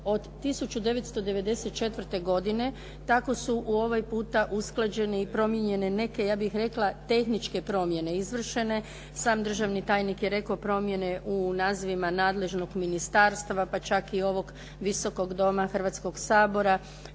od 1994. godine, tako su ovaj puta usklađene i promijenjene neke, ja bih rekla tehničke promjene izvršene. Sad državni tajnik je rekao promjene u nazivima nadležnog ministarstva, pa čak i ovog Visokog doma Hrvatskog sabora,